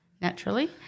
naturally